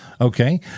Okay